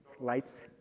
Lights